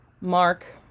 Mark